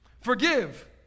Forgive